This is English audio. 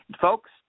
Folks